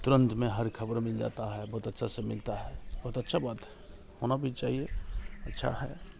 तुरंत हमें हर खबर मिल जाता है बहुत अच्छे से मिलता है बहुत अच्छा बात है होना भी चाहिए अच्छा है